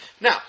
Now